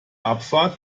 abfahrt